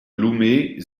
loumet